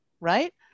right